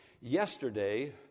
Yesterday